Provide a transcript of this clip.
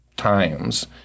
times